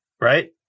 Right